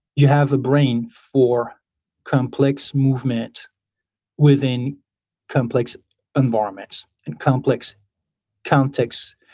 you have a brain for complex movement within complex environments and complex contexts.